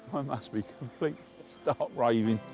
i must be completely stark raving.